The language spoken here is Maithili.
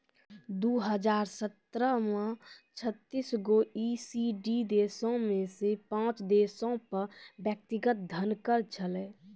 दु हजार सत्रह मे छत्तीस गो ई.सी.डी देशो मे से पांच देशो पे व्यक्तिगत धन कर छलै